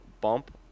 bump